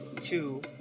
two